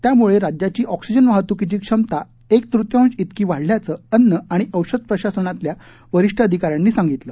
त्यामुळे राज्याची ऑक्सिजन वाहतुकीची क्षमता एक तृतीयांश इतकी वाढल्याचं अन्न आणि औषध प्रशासनातल्या वरिष्ठ अधिकाऱ्यांनी सांगितलं